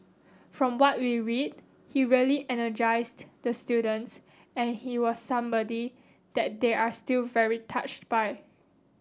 from what we read he really energized the students and he was somebody that they are still very touched by